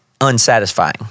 unsatisfying